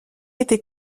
était